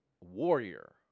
warrior